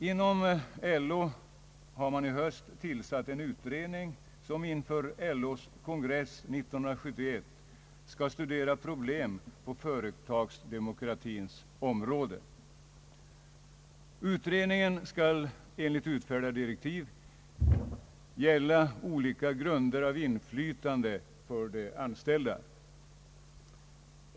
Inom LO har man i höst tillsatt en utredning, som inför LO:s kongress 1971 skall studera problem för företagsdemokratins område. Utredningen skall enligt utfärdade direktiv gälla olika grunder av inflytande för de anställda.